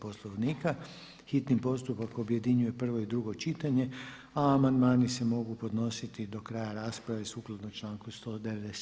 Poslovnika hitni postupak objedinjuje prvo i drugo čitanje, a amandmani se mogu podnositi do kraja rasprave sukladno članku 197.